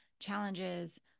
challenges